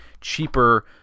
cheaper